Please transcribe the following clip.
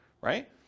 right